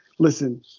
Listen